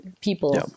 people